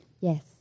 Yes